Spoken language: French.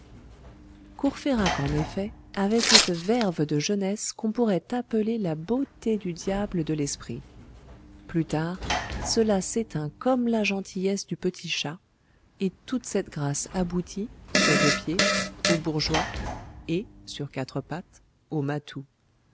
courfeyrac en effet avait cette verve de jeunesse qu'on pourrait appeler la beauté du diable de l'esprit plus tard cela s'éteint comme la gentillesse du petit chat et toute cette grâce aboutit sur deux pieds au bourgeois et sur quatre pattes au matou